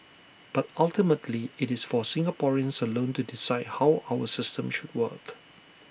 but ultimately IT is for Singaporeans alone to decide how our system should work